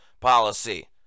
policy